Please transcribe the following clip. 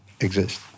exist